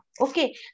Okay